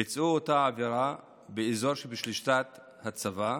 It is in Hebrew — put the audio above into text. ביצעו אותה עבירה באזור שבשליטת הצבא,